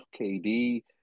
KD